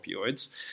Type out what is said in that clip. opioids